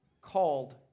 called